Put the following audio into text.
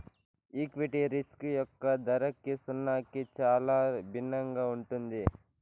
liquidity risk యొక్క ధరకి సున్నాకి చాలా భిన్నంగా ఉంటుంది